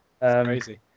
crazy